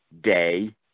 day